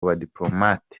badipolomate